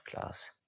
Class